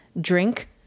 drink